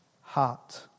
heart